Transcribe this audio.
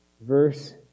Verse